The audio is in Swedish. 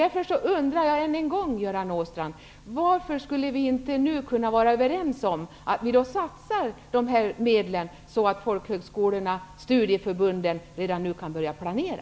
Därför undrar jag ännu en gång, Göran Åstrand: Varför skulle vi inte kunna vara överens om att medlen satsas så, att folkhögskolorna och studieförbunden redan nu kan börja planera?